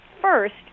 first